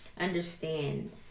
understand